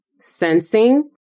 sensing